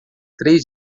três